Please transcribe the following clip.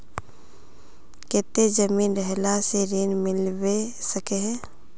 केते जमीन रहला से ऋण मिलबे सके है?